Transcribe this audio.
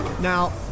Now